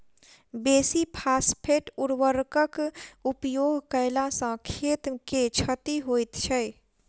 बेसी फास्फेट उर्वरकक उपयोग कयला सॅ खेत के क्षति होइत छै